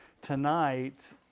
tonight